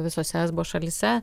visose esbo šalyse